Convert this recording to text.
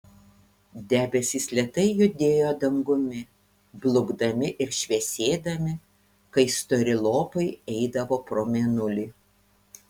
debesys lėtai judėjo dangumi blukdami ir šviesėdami kai stori lopai eidavo pro mėnulį